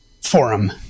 forum